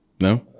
No